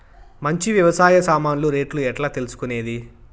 మంచి వ్యవసాయ సామాన్లు రేట్లు ఎట్లా తెలుసుకునేది?